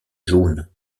jaune